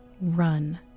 run